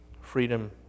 freedom